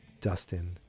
Dustin